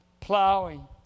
plowing